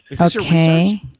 okay